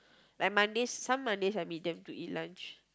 like Mondays some Mondays I meet them to eat lunch